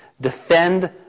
defend